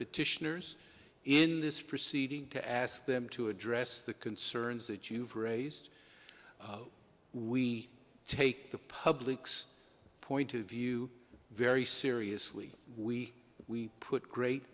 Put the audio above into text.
petitioners in this proceeding to ask them to address the concerns that you've raised we take the public's point of view very seriously we we put great